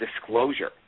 disclosure